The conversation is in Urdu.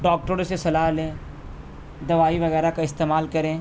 ڈاکٹڑو سے صلاح لیں دوائی وغیرہ کا استعمال کریں